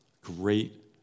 great